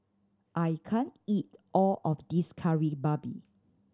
I can't eat all of this Kari Babi